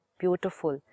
beautiful